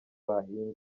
bahinze